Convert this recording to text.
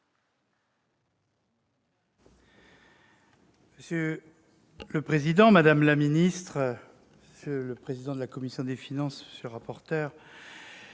Monsieur le président, madame la ministre, monsieur le président de la commission des finances, monsieur le rapporteur